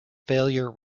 failure